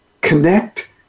connect